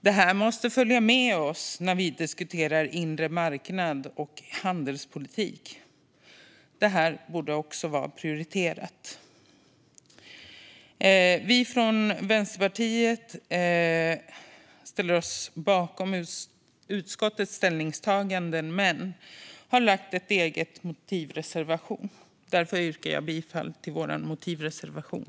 Detta måste följa med oss när vi diskuterar inre marknad och handelspolitik, och det borde också vara prioriterat. Vi från Vänsterpartiet ställer oss bakom utskottets ställningstaganden men har en motivreservation. Jag yrkar bifall till den.